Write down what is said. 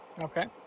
Okay